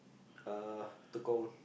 uh Tekong